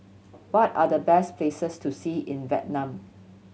what are the best places to see in Vietnam